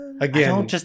Again